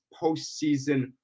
postseason